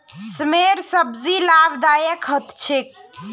सेमेर सब्जी लाभदायक ह छेक